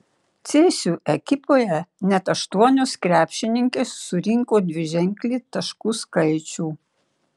cėsių ekipoje net aštuonios krepšininkės surinko dviženklį taškų skaičių